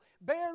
bear